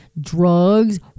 drugs